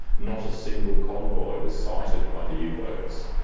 not a single convoy was sighted by the yeah u-boats.